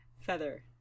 Feather